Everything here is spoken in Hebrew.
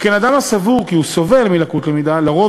שכן אדם הסבור כי הוא סובל מלקות למידה לרוב